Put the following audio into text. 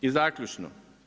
I zaključno.